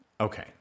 Okay